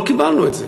לא קיבלנו את זה.